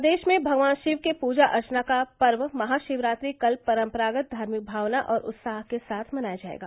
प्रदेश में भगवान शिव के पूर्जा अर्चना का पर्व महाशिवरात्रि कल परम्परागत धार्मिक भावना और उत्साह के साथ मनाया जायेगा